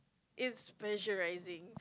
it's pressurizing